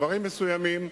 דברים מסוימים.